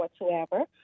whatsoever